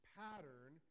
pattern